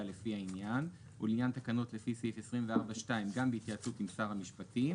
לפי העניין ולעניין תקנות לפי סעיף 24(2) גם בהתייעצות עם שר המשפטים",